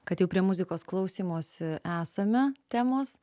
kad jau prie muzikos klausymosi esame temos